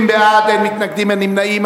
20 בעד, אין מתנגדים, אין נמנעים.